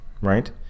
Right